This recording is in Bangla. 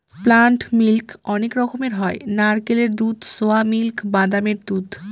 প্লান্ট মিল্ক অনেক রকমের হয় নারকেলের দুধ, সোয়া মিল্ক, বাদামের দুধ